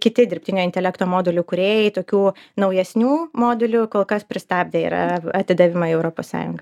kiti dirbtinio intelekto modelių kūrėjai tokių naujesnių modelių kol kas pristabdė yra atidavimą į europos sąjungą